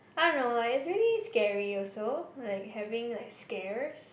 I don't know like it's really scary also like having like scares